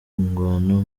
ngwano